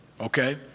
Okay